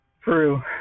True